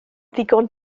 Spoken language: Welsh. ddigon